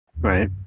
Right